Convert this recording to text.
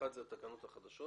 אחד זה התקנות החדשות